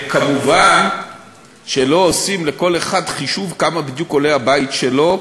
כמובן שלא עושים לכל אחד חישוב כמה בדיוק עולה הבית שלו.